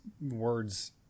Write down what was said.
words